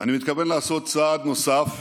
אני מתכוון לעשות צעד נוסף.